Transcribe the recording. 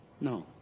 No